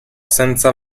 senza